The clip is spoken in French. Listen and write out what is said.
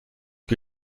que